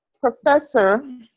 professor